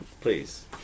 please